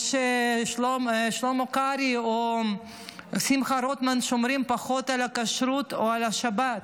או שלמה קרעי או שמחה רוטמן שומרים פחות על הכשרות או על השבת.